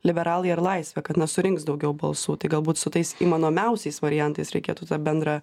liberalai ar laisvė kad na surinks daugiau balsų tai galbūt su tais įmanomiausiais variantais reikėtų tą bendrą